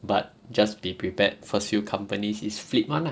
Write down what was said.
but just be prepared first few companies is flipped [one] lah